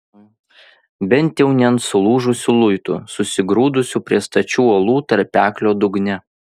bent jau ne ant sulūžusių luitų susigrūdusių prie stačių uolų tarpeklio dugne